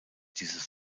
dieses